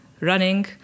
running